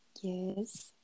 Yes